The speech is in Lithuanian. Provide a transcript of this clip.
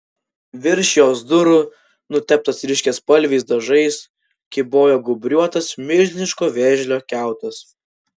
virš jos durų nuteptas ryškiaspalviais dažais kybojo gūbriuotas milžiniško vėžlio kiautas